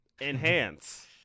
Enhance